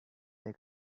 they